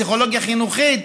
פסיכולוגיה חינוכית,